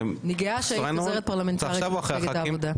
אני גאה שהיית עוזרת פרלמנטרית במפלגת העבודה.